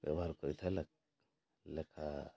ବ୍ୟବହାର କରିଥାଏ ହେଲା ଲେଖା